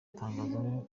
tangazo